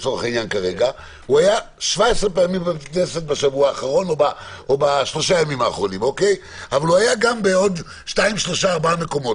היה 17 פעמים בית כנסת בשלושת הימים האחרונים אבל היה בעוד מקומות.